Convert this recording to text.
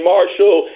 Marshall